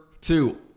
two